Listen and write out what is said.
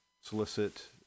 solicit